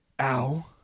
Ow